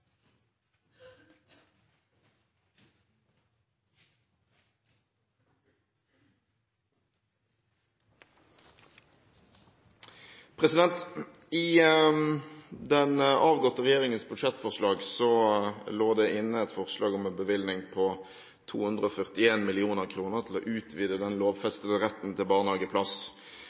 I den avgåtte regjeringens budsjettforslag lå det inne et forslag om en bevilgning på 241 mill. kr til å utvide den lovfestede retten til barnehageplass.